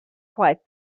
quite